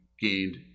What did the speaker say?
gained